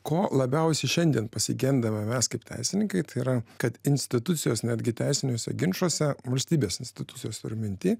ko labiausiai šiandien pasigendama mes kaip teisininkai tai yra kad institucijos netgi teisiniuose ginčuose valstybės institucijos